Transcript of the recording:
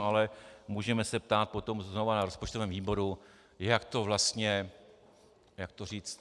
Ale můžeme se potom ptát znovu na rozpočtovém výboru, jak to vlastně jak to říct?